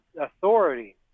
authority